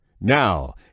Now